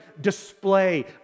display